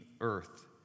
earth